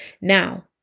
Now